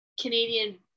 canadian